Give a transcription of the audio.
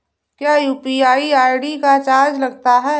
क्या UPI ID का charge लगता है?